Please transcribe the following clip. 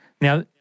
Now